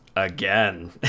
Again